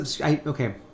Okay